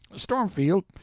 stormfield,